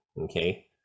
okay